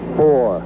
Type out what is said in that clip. four